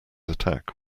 attack